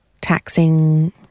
taxing